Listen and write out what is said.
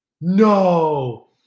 No